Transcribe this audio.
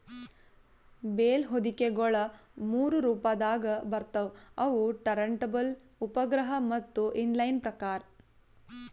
bale ಹೊದಿಕೆಗೊಳ ಮೂರು ರೊಪದಾಗ್ ಬರ್ತವ್ ಅವು ಟರಂಟಬಲ್, ಉಪಗ್ರಹ ಮತ್ತ ಇನ್ ಲೈನ್ ಪ್ರಕಾರ್